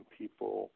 people